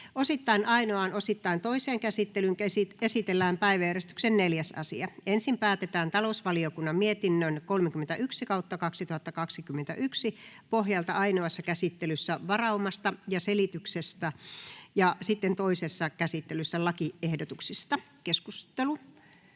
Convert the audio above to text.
Osittain ainoaan, osittain toiseen käsittelyyn esitellään päiväjärjestyksen 4. asia. Ensin päätetään talousvaliokunnan mietinnön TaVM 31/2021 vp pohjalta ainoassa käsittelyssä varaumasta ja selityksestä ja sitten toisessa käsittelyssä lakiehdotuksista.